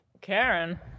Karen